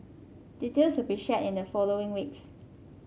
details will be shared in the following weeks